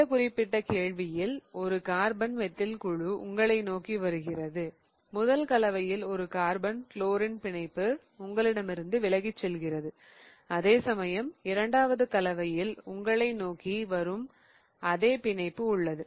இந்த குறிப்பிட்ட கேள்வியில் ஒரு கார்பன் மெத்தில் குழு உங்களை நோக்கி வருகிறது முதல் கலவையில் ஒரு கார்பன் குளோரின் பிணைப்பு உங்களிடமிருந்து விலகிச் செல்கிறது அதேசமயம் இரண்டாவது கலவையில் உங்களை நோக்கி வரும் அதே பிணைப்பு உள்ளது